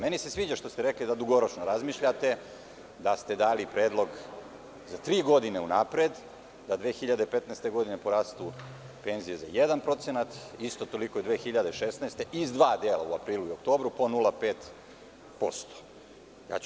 Meni se sviđa što ste rekli da dugoročno razmišljate, da ste dali predlog za tri godine unapred, da 2015. godine porastu penzije za 1%, isto toliko i 2016. godine, iz dva dela, u aprilu i oktobru, po 0,5%